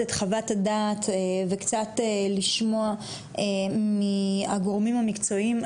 את חוות הדעת וקצת לשמוע מהגורמים המקצועיים,